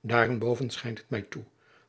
daarenboven schijnt het mij toe